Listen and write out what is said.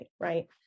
right